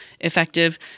effective